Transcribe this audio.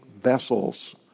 vessels